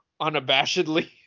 unabashedly